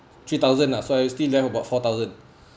three thousand lah so I still left about four thousand